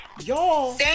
y'all